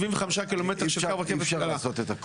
75 קילומטרים של הרכבת הקלה.